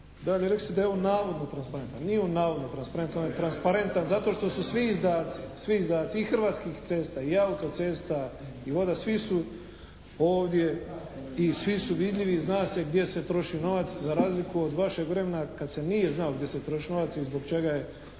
Dalje, rekli ste da je ovo navodno transparentan. Nije on navodno transparentan, on je transparentan zato što su svi izdaci i Hrvatskih cesta, i autocesta, i voda, svi su ovdje i svi su vidljivi i zna se gdje se troši novac za razliku od vašeg vremena kad se nije znalo gdje se troši novac i zbog čega i